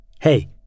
Hey